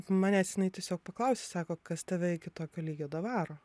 manęs jinai tiesiog paklausė sako kas tave iki tokio lygio davaro